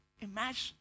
Imagine